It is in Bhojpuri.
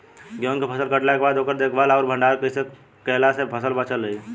गेंहू के फसल कटला के बाद ओकर देखभाल आउर भंडारण कइसे कैला से फसल बाचल रही?